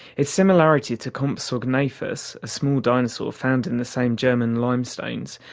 its similarity to compsognathus, a small dinosaur found in the same german limestones,